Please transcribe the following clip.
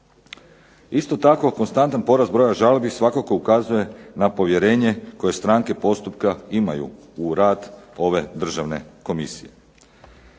Isto tako konstantan porast broja žalbi svakako ukazuje na povjerenje koje stranke postupka imaju u rad ove Državne komisije.